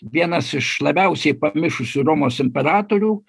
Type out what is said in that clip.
vienas iš labiausiai pamišusių romos imperatorių